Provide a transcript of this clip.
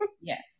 Yes